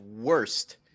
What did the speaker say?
worst